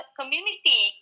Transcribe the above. community